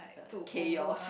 chaos